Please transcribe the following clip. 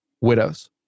Widows